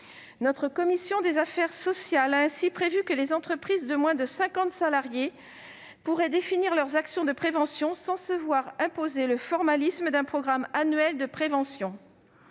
Notre commission des affaires sociales a ainsi prévu que les entreprises de moins de cinquante salariés pourraient définir leurs actions de prévention sans se voir imposer le formalisme d'un programme annuel de prévention.